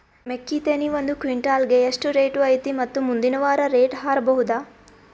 ಮೆಕ್ಕಿ ತೆನಿ ಒಂದು ಕ್ವಿಂಟಾಲ್ ಗೆ ಎಷ್ಟು ರೇಟು ಐತಿ ಮತ್ತು ಮುಂದಿನ ವಾರ ರೇಟ್ ಹಾರಬಹುದ?